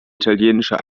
italienischer